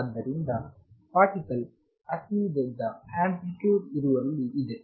ಆದ್ದರಿಂದ ಪಾರ್ಟಿಕಲ್ ದೊಡ್ಡ amplitude ಇರುವಲ್ಲಿ ಇದೆ